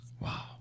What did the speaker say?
Wow